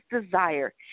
desire